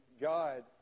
God